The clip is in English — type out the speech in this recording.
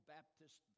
Baptist